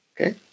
Okay